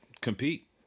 compete